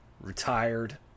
retired